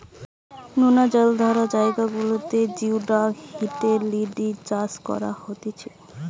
নোনা জলাধার জায়গা গুলাতে জিওডাক হিটেলিডি চাষ করা হতিছে